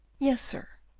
yes, sir.